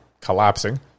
collapsing